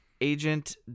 Agent